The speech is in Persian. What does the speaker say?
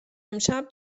امشب